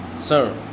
sir